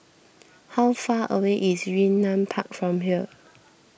how far away is Yunnan Park from here